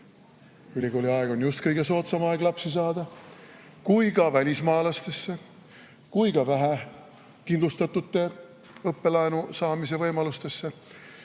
ülikooliaeg on just kõige soodsam aeg lapsi saada – kui ka välismaalastesse ja vähekindlustatute õppelaenu saamise võimalustesse.